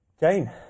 Jane